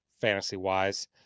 fantasy-wise